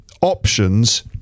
options